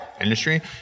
industry